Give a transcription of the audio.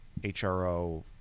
HRO